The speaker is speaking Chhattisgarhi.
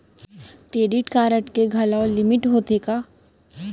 क्रेडिट कारड के घलव लिमिट होथे का?